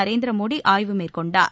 நரேந்திரமோடி ஆய்வு மேற்கொண்டார்